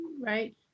right